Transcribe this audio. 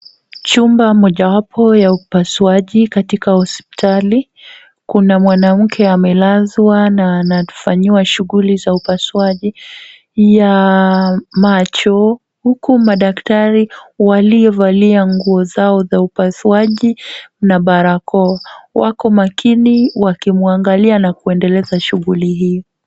Chumba mojawapo ya upasuaji katika hospitali. Kuna mwanamke amelazwa na anafanyiwa shughuli za upasuaji ya macho huku madaktari waliovalia nguo zao za upasuaji na barakoa wako makini wakimuangalia na kuendeleza shughuli hii.